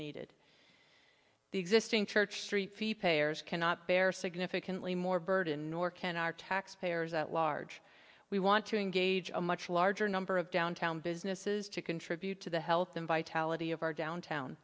needed the existing church street fee payers cannot bear significantly more burden nor can our taxpayers at large we want to engage a much larger number of downtown businesses to contribute to the health and vitality of our downtown